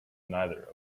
neither